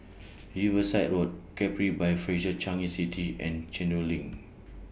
Riverside Road Capri By Fraser Changi City and LINK